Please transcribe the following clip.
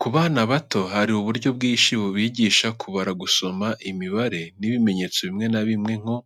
Ku bana bato hari uburyo bwinshi bubigisha kubara, gusoma imibare n'ibimenyetso bimwe na bimwe nko: